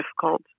difficult